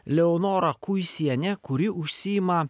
leonora kuisienė kuri užsiima